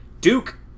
Duke